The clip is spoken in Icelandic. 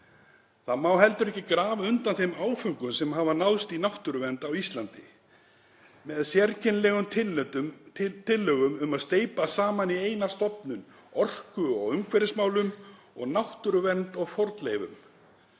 Það má heldur ekki grafa undan þeim áföngum sem hafa náðst í náttúruvernd á Íslandi með sérkennilegum tillögum um að steypa saman í eina stofnun orku- og umhverfismálum og náttúruvernd og fornleifum.